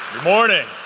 morning.